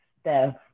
Steph